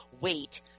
wait